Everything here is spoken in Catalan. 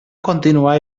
continuar